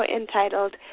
entitled